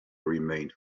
remained